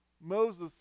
Moses